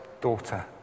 Daughter